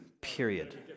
period